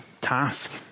task